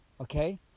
Okay